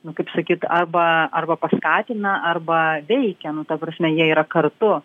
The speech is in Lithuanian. nu kaip sakyti arba arba paskatina arba veikia nu ta prasme jie yra kartu